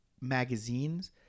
magazines